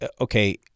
okay